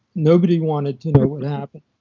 nobody wanted to know what happened.